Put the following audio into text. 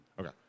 Okay